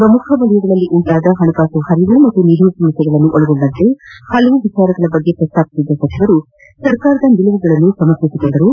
ಪ್ರಮುಖ ವಲಯಗಳಲ್ಲಿ ಉಂಟಾದ ಹಣಕಾಸು ಹರಿವು ಹಾಗೂ ನಿಧಿ ಸಮಸ್ನೆಗಳನ್ನು ಒಳಗೊಂಡಂತೆ ಹಲವು ವಿಚಾರಗಳ ಕುರಿತು ಪ್ರಸ್ತಾಪಿಸಿದ ಅವರು ಸರ್ಕಾರದ ನಿಲುವುಗಳನ್ನು ಸಮರ್ಥಿಸಿಕೊಂಡರು